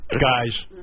guys